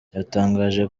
yatangaje